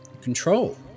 control